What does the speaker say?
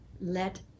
Let